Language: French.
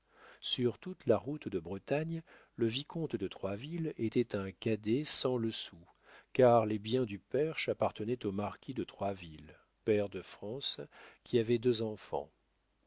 sur toute la route de bretagne le vicomte de troisville était un cadet sans le sou car les biens du perche appartenaient au marquis de troisville pair de france qui avait deux enfants